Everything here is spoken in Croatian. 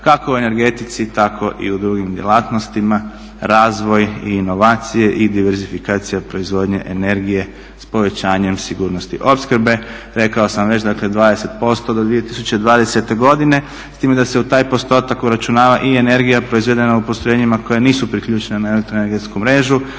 kako u energetici tako i u drugim djelatnostima, razvoj i inovacije i diversifikacija proizvodnje energije s povećanjem sigurnosti opskrbe. Rekao sam već dakle 20% do 2020.godine s time da se u taj postotak uračunava i energija proizvedena u postrojenjima koje nisu priključena ne elektroenergetsku mrežu